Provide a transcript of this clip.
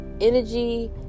energy